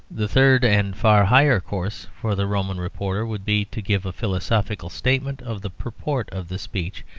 the third and far higher course for the roman reporter would be to give a philosophical statement of the purport of the speech.